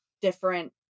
different